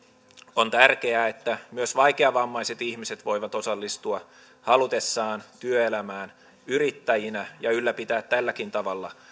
on tärkeää että myös vaikeavammaiset ihmiset voivat osallistua halutessaan työelämään yrittäjinä ja ylläpitää tälläkin tavalla